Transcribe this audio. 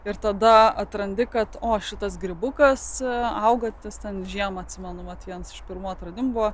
ir tada atrandi kad o šitas grybukas augantis ten žiemą atsimenu mat vienas iš pirmų atradimų